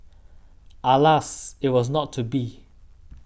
alas it was not to be